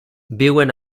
viuen